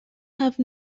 have